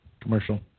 Commercial